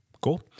Cool